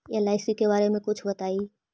LIC के बारे मे कुछ बताई?